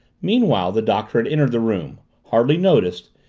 meanwhile, the doctor had entered the room, hardly noticed,